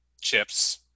chips